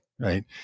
Right